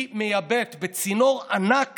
היא מייבאת בצינור ענק